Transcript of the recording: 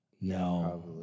No